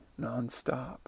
nonstop